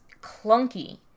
clunky